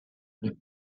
and